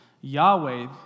Yahweh